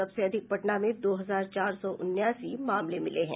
सबसे अधिक पटना में दो हजार चार सौ उनासी मामले मिले हैं